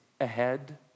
ahead